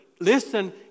listen